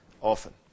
often